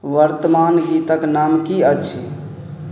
वर्तमान गीतक नाम की अछि